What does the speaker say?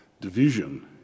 division